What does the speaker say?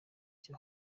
icyo